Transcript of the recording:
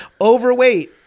overweight